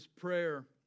prayer